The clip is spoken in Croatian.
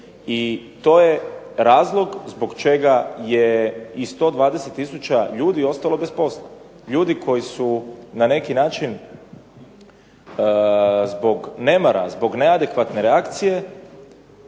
I to je razlog zbog čega je 120 tisuća ljudi ostalo bez posla, ljudi koji su na neki način zbog nemara, zbog neadekvatne reakcije